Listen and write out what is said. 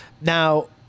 Now